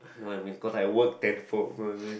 no I mean cause I work ten fold what I mean